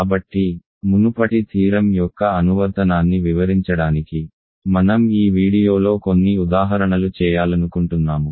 కాబట్టి మునుపటి థీరం యొక్క అనువర్తనాన్ని వివరించడానికి మనం ఈ వీడియోలో కొన్ని ఉదాహరణలు చేయాలనుకుంటున్నాము